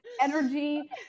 energy